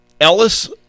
Ellis